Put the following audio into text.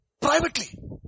Privately